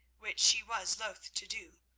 which she was loth to do,